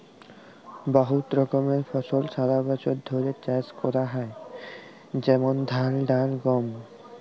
বহুত রকমের ফসল সারা বছর ধ্যরে চাষ ক্যরা হয় যেমল ধাল, ডাল, গম